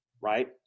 right